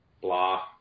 blah